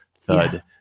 thud